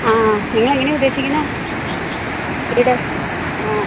ആ ആ നിങ്ങൾ എങ്ങനെയാണ് ഉദ്ദേശിക്കുന്നത് വീട് ആ